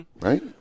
Right